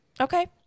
Okay